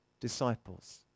disciples